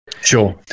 Sure